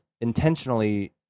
intentionally